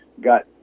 got